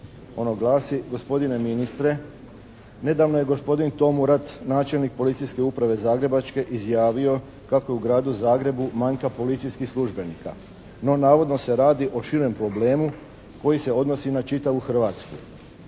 Ono glasi, gospodine ministre, nedavno je gospodin Tomurad, načelnik Policijske uprave zagrebačke izjavio kako je u Gradu Zagrebu manjka policijskih službenika. No, navodno se radi o širem problemu koji se odnosi na čitavu Hrvatsku.